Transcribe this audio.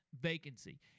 vacancy